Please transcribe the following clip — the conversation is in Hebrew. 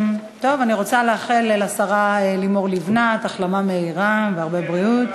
אני רוצה לאחל לשרה לימור לבנת החלמה מהירה והרבה בריאות.